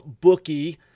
bookie